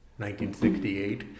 1968